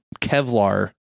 Kevlar